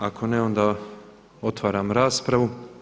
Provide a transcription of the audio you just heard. Ako ne, onda otvaram raspravu.